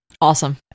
Awesome